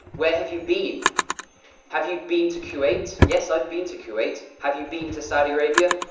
where have you been have you been to kuwait. yes i've been to kuwait have you been to saudi arabia.